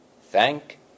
Thank